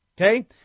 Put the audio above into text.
Okay